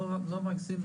את